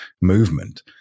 movement